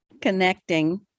connecting